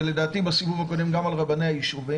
ולדעתי בסיבוב הקודם גם על רבני היישובים,